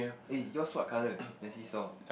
eh yours what colour the seesaw